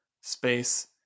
space